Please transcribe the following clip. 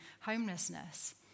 homelessness